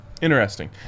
Interesting